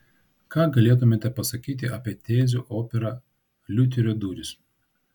ką galėtumėte pasakyti apie tezių operą liuterio durys